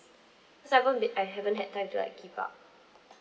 cause I haven't been I haven't had time to like keep up